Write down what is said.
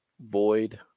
void